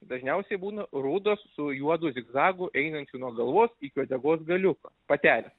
dažniausiai būna rudos su juodu zigzagu einančiu nuo galvos iki uodegos galiuko patelės